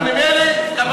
אני ממילא התכוונתי לצאת.